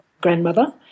grandmother